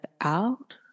out